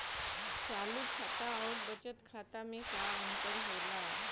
चालू खाता अउर बचत खाता मे का अंतर होला?